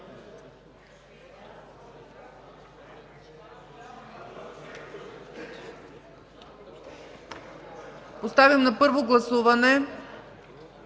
Поставям на първо гласуване